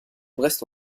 brest